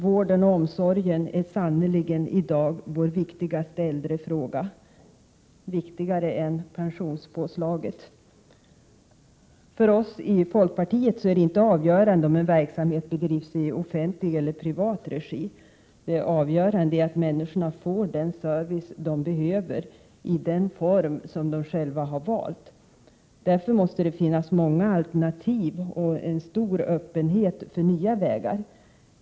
Vården och omsorgen är sannerligen i dag vår viktigaste äldrefråga, viktigare än pensionspåslaget. För oss i folkpartiet är det inte avgörande om en verksamhet bedrivs i offentlig eller privat regi. Det avgörande är att människor får den service de behöver, i den form som de själva har valt. Därför måste det finnas många alternativ och stor öppenhet för nya vägar.